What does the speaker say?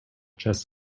chess